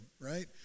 right